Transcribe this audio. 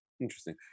Interesting